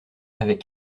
avec